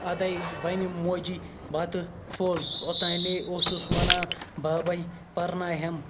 اَدٕ بَنہِ موجی بَتہٕ پھوٚل اوٚتانے اوسُس وَنان بَبَے پرنایہَم